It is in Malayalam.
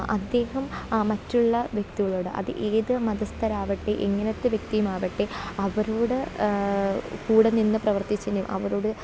അദ്ദേഹം മറ്റുള്ള വ്യക്തികളോട് അത് ഏതു മതസ്തരാകട്ടെ എങ്ങനത്തെ വ്യക്തിയുമാകട്ടെ അവരോട് കൂടെ നിന്നു പ്രവർത്തിച്ചിന് അവരോട്